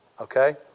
okay